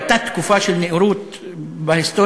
הייתה תקופה של נאורות בהיסטוריה,